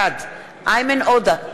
בעד איימן עודה,